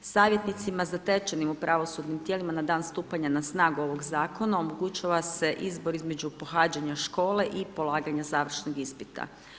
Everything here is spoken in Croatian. Savjetnicima zatečenim u pravosudnim tijelima na dan stupanja na snagu ovog zakona omogućila se izbor između pohađanja škole i polaganja završnog ispita.